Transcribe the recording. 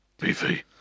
Beefy